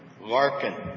Larkin